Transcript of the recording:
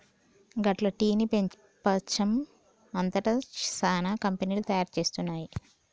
గట్ల టీ ని పెపంచం అంతట సానా కంపెనీలు తయారు చేస్తున్నాయి